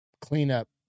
cleanup